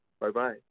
Bye-bye